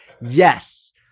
Yes